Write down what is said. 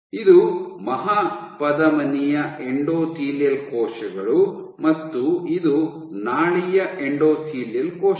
ಇದು ಮಹಾಪಧಮನಿಯ ಎಂಡೋಥೆಲಿಯಲ್ ಕೋಶಗಳು ಮತ್ತು ಇದು ನಾಳೀಯ ಎಂಡೋಥೆಲಿಯಲ್ ಕೋಶಗಳು